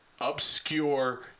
obscure